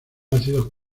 ácidos